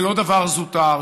זה לא דבר זוטר,